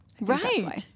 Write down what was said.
Right